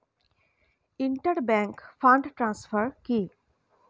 Inter bank fund transfer কি?